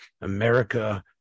America